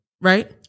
right